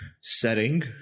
setting